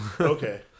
Okay